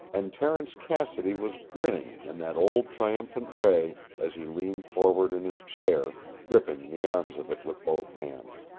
and terence cassidy was grinning in that old triumphant way as he leaned forward in his chair, gripping the arms of it with both hands.